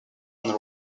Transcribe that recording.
and